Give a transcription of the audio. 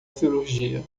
cirurgia